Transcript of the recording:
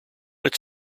its